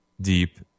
deep